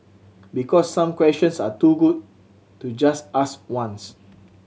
because some questions are too good to just ask once